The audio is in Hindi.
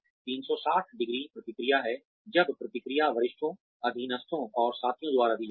360 डिग्री प्रतिक्रिया है जब प्रतिक्रिया वरिष्ठों अधीनस्थों और साथियों द्वारा दी जाती है